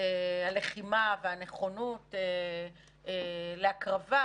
הלחימה והנכונות להקרבה,